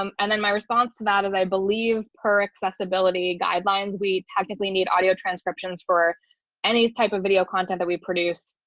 um and then my response to that is, i believe pr accessibility guidelines. we tactically need audio transcriptions, for any type of video content that we produce,